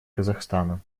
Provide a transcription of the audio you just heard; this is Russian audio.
казахстана